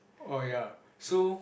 oh ya so